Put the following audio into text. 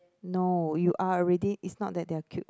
no you are already is not that they're cute